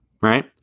Right